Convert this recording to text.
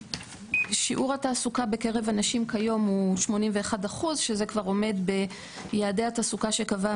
שיעור התעסוקה בקרב הנשים כיום הוא 81% שזה כבר עומד ביעדי התעסוקה שקבעה